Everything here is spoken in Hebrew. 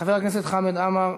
חבר הכנסת חמד עמאר,